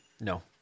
No